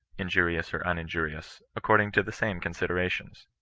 injurious or uninjurious, according to the same considerations.